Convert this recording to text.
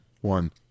One